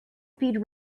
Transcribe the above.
speed